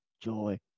joy